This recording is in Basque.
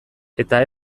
eta